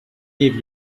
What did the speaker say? give